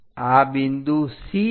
આ બિંદુ C છે